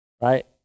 Right